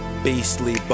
Beastly